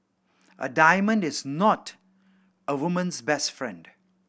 a diamond is not a woman's best friend